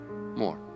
more